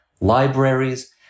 libraries